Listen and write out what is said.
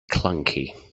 clunky